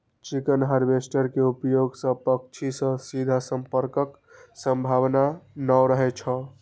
chicken harvester के उपयोग सं पक्षी सं सीधा संपर्कक संभावना नै रहै छै